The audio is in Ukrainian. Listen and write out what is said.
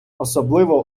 особливо